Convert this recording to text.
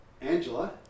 Angela